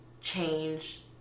change